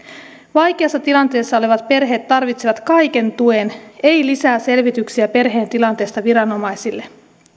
vaikeassa tilanteessa olevat perheet tarvitsevat kaiken tuen eivät lisää selvityksiä perheen tilanteesta viranomaisille